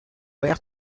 père